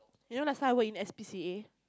you know last time I work in S_P_C_A